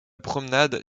promenade